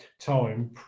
time